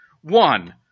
One